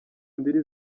mbili